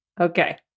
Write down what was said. Okay